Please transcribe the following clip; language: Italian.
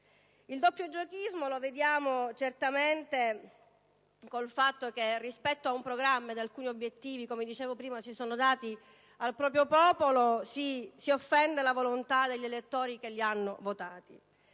Il doppiogiochismo lo vediamo certamente nel fatto che, rispetto ad un programma e a degli obiettivi che, come dicevo, si sono dati al proprio popolo, si offende la volontà degli elettori che li hanno votati.